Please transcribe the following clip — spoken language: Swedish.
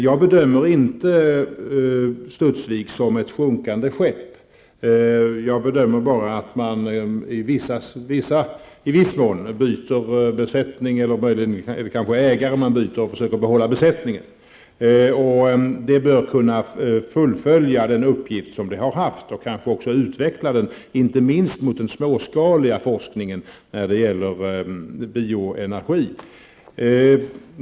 Jag bedömer inte Studsvik som ett sjunkande skepp. Jag bedömer bara att man i viss mån byter ägare och försöker behålla besättningen. Man bör kunna fullfölja de uppgifter som man har haft och kunna utveckla dem -- inte minst den småskaliga forskningen när det gäller bioenergi.